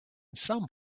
some